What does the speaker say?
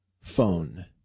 phone